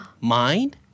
mind